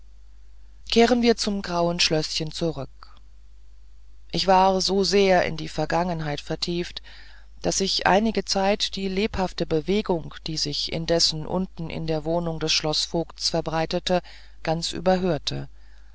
kehren zum grauen schlößchen zurück ich war so sehr in die vergangenheit vertieft daß ich einige zeit die lebhafte bewegung die sich indes unten in der wohnung des schloßvogts verbreitete ganz überhörte